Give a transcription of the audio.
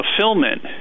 fulfillment